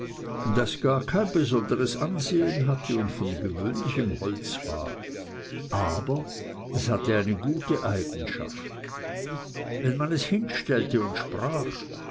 das gar kein besonderes ansehen hatte und von gewöhnlichem holz war aber es hatte eine gute eigenschaft wenn man es hinstellte und sprach